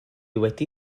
wedi